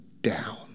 down